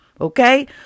Okay